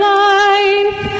life